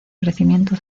crecimiento